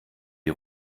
die